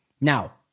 Now